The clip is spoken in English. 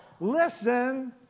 listen